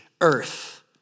Earth